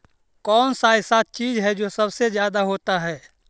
कौन सा ऐसा चीज है जो सबसे ज्यादा होता है?